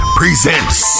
presents